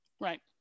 Right